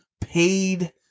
paid